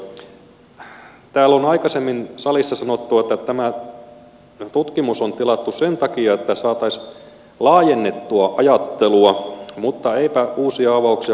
täällä on aikaisemmin salissa sanottu että tämä tutkimus on tilattu sen takia että saataisiin laajennettua ajattelua mutta eipä uusia avauksia kauheasti ole löytynyt